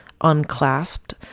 unclasped